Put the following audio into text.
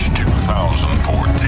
2014